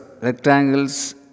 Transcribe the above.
rectangles